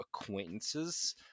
acquaintances